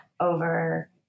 over